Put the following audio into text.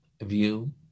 view